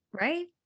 right